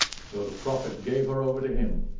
so the prophet gave her over to him.